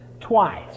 twice